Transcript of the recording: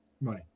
money